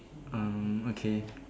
um okay